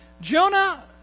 Jonah